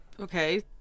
Okay